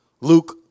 Luke